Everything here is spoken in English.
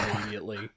immediately